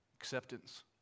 acceptance